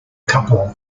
couple